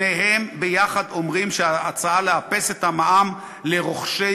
שניהם ביחד אומרים שההצעה לאפס את המע"מ לרוכשי